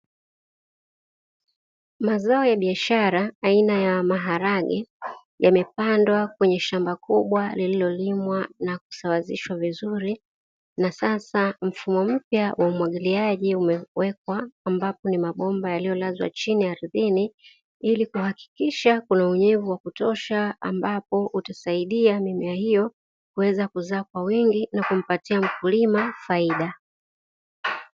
Mazao ya biashara aina ya maharage yamepandwa kwenye shamba kubwa; lililolimwa na kusawazishwa vizuri na sasa mfumo mpya wa umwagiliaji umewekwa, ambapo ni mabomba yaliyolazwa chini ardhini ili kuhakikisha kuna unyevu wa kutosha, ambapo utasaidia mimea hiyo kuweza kuzaa kwa wingi na kumpatia mkulima faida.